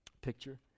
picture